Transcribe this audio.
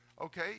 Okay